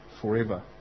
forever